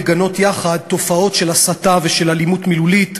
לגנות יחד תופעות של הסתה ושל אלימות מילולית,